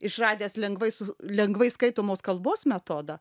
išradęs lengvais lengvai skaitomos kalbos metodą